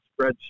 spreadsheet